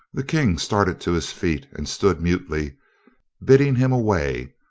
the king started to his feet and stood mutely bidding him away,